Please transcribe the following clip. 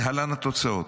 להלן התוצאות,